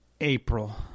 April